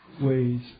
ways